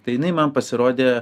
tai jinai man pasirodė